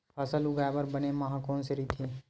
फसल उगाये बर बने माह कोन से राइथे?